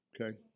Okay